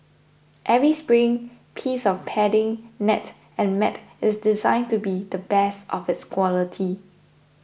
every spring piece of padding net and mat is designed to be the best of its quality